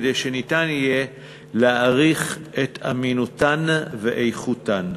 כדי שניתן יהיה להעריך את אמינותן ואיכותן.